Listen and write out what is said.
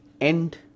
end